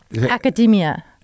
Academia